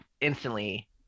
instantly